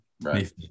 Right